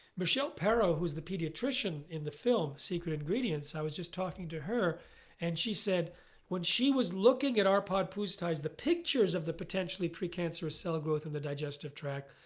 michelle parrow who's the pediatrician in the film secret ingredients. i was just talking to her and she said when she was looking at arpad pusztai, the pictures of the potentially precancerous cell growth in the digestive tract.